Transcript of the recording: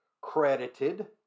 credited